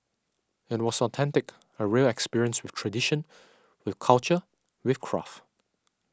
it was authentic a real experience with tradition with culture with craft